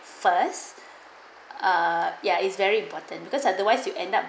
first ah ya is very important because otherwise you end up